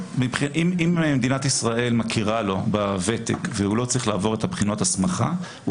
אם מדינת ישראל מכירה לו בוותק והוא לא צריך לעבור את בחינות ההסמכה הוא